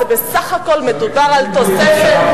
בסך הכול מדובר על תוספת,